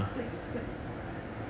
对对